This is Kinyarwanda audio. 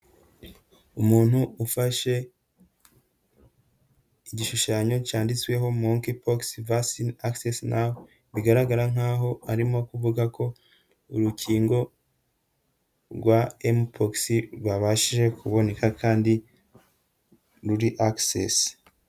Umuntu ufashe igishushanyo cyanditsweho Monke pox varsiny acces na we bigaragara nkaho arimo kuvuga ko urukingo rwa M-pox rwabashije kuboneka kandi ruri access.